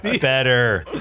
Better